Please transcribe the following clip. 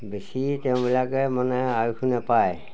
বেছি তেওঁবিলাকে মানে আয়ুস নাপায়